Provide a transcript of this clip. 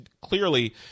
clearly